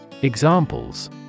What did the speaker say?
Examples